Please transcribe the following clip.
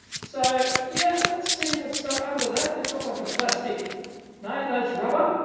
so yeah, let's see what's ah under that. they've got like a plastic no, that's rubber,